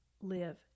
live